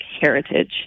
heritage